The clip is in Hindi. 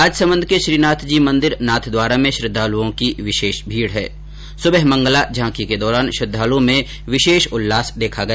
राजसमंद के श्रीनाथ जी मंदिर नाथद्वारा में श्रद्धालुओं की विशेष भीड़ है सुबह मंगला झांकी के दौरान श्रद्वालुओं में विशेष उल्लास देखा गया